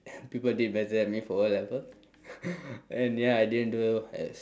people did better than me for O-level and ya I didn't do as